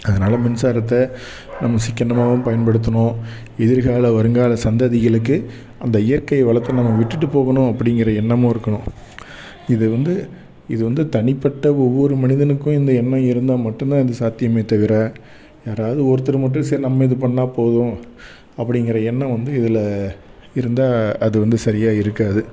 அதனால மின்சாரத்தை நம்ம சிக்கனமாகவும் பயன்படுத்தணும் எதிர்கால வருங்கால சந்ததிகளுக்கு அந்த இயற்கை வளத்தை நம்ம விட்டுட்டு போகணும் அப்படிங்கிற எண்ணமும் இருக்கணும் இது வந்து இது வந்து தனிப்பட்ட ஒவ்வொரு மனிதனுக்கும் இந்த எண்ணம் இருந்தால் மட்டுமே வந்து சாத்தியமே தவிர யாராவது ஒருத்தர் மட்டும் சரி நம்ம இது பண்ணால் போதும் அப்படிங்கிற எண்ணம் வந்து இதில் இருந்தால் அது வந்து சரியாக இருக்காது